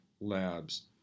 labs